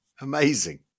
Amazing